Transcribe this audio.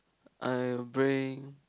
I'll bring